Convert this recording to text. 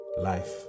Life